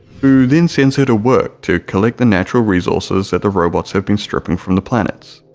who then sends her to work to collect the natural resources that the robots have been stripping from the planets.